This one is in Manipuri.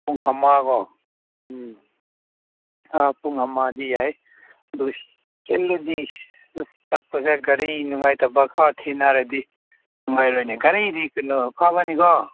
ꯄꯨꯡ ꯑꯃ ꯀꯣ ꯎꯝ ꯑꯥ ꯄꯨꯡ ꯑꯃꯗꯤ ꯌꯥꯏ ꯑꯗꯨꯒ ꯆꯠꯂꯗꯤ ꯆꯠꯄꯁꯦ ꯒꯥꯔꯤ ꯅꯨꯡꯉꯥꯏꯇꯕ ꯀꯣ ꯊꯦꯡꯅꯔꯗꯤ ꯅꯨꯡꯉꯥꯏꯔꯣꯏꯅꯦ ꯒꯥꯔꯤꯗꯤ ꯀꯩꯅꯣ ꯑꯐꯕꯅꯤ ꯀꯣ